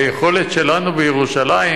היכולת שלנו בירושלים,